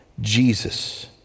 Jesus